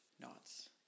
knots